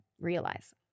realize